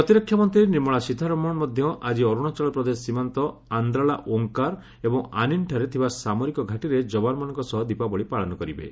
ପ୍ରତିରକ୍ଷା ମନ୍ତ୍ରୀ ନିର୍ମଳା ସୀତାରମଣ ମଧ୍ୟ ଆଜି ଅରୁଣାଚଳ ପ୍ରଦେଶ ସୀମାନ୍ତ ଆନ୍ଦ୍ରା ଲା ଓଁକାର ଏବଂ ଆନିନ୍ଠାରେ ଥିବା ସାମରିକ ଘାଟିରେ ଯବାନମାନଙ୍କ ସହ ଦୀପାବଳି ପାଳନ କରିବେ